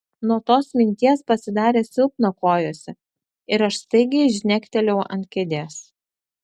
nuo tos minties pasidarė silpna kojose ir aš staigiai žnektelėjau ant kėdės